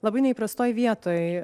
labai neįprastoj vietoj